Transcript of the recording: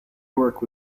work